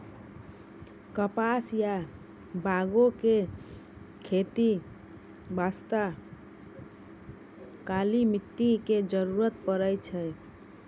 कपास या बांगो के खेती बास्तॅ काली मिट्टी के जरूरत पड़ै छै